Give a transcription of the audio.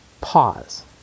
pause